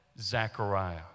Zechariah